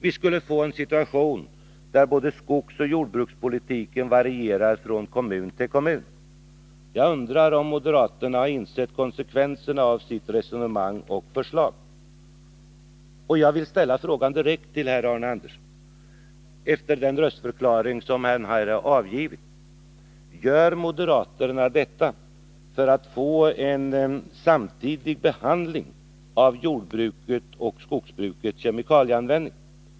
Vi skulle få en situation där både skogsoch jordbrukspolitiken varierar från kommun till kommun. Jag undrar om moderaterna har insett konsekvenserna av sitt resonemang och sitt förslag. Jag vill ställa en fråga direkt till Arne Andersson efter den röstförklaring han här har avgivit: Gör moderaterna detta för att få en samtidig behandling av frågorna om jordbrukets och skogsbrukets kemikalieanvändning?